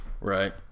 right